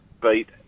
beat